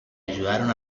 ayudaron